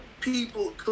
people